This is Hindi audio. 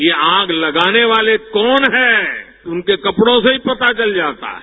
ये आग लगाने वाले कौन हैं उनके कपड़ों से ही पता चल जाता है